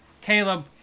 Caleb